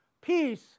peace